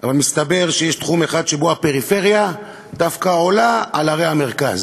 אבל מתברר שיש תחום אחד שבו הפריפריה עולה דווקא על ערי המרכז,